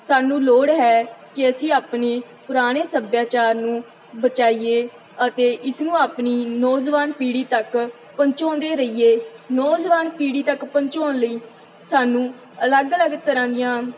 ਸਾਨੂੰ ਲੋੜ ਹੈ ਕਿ ਅਸੀਂ ਆਪਣੇ ਪੁਰਾਣੇ ਸੱਭਿਆਚਾਰ ਨੂੰ ਬਚਾਈਏ ਅਤੇ ਇਸਨੂੰ ਆਪਣੀ ਨੌਜਵਾਨ ਪੀੜ੍ਹੀ ਤੱਕ ਪਹੁੰਚਾਉਂਦੇ ਰਹੀਏ ਨੌਜਵਾਨ ਪੀੜ੍ਹੀ ਤੱਕ ਪਹੁੰਚਾਉਣ ਲਈ ਸਾਨੂੰ ਅਲੱਗ ਅਲੱਗ ਤਰ੍ਹਾਂ ਦੀਆਂ